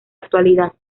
actualidad